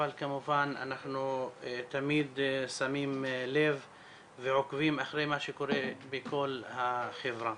אבל כמובן אנחנו תמיד שמים לב ועוקבים אחרי מה שקורה בכל החברה.